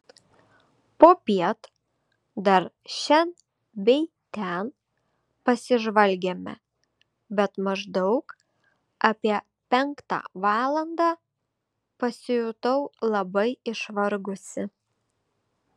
popiet dar šen bei ten pasižvalgėme bet maždaug apie penktą valandą pasijutau labai išvargusi